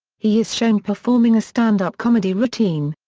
he is shown performing a stand-up comedy routine.